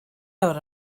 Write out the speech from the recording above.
awr